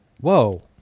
Whoa